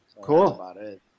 Cool